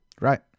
Right